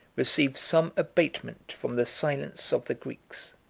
receive some abatement from the silence of the greeks.